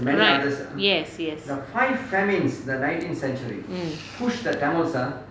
right yes yes mm